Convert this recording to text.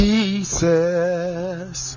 Jesus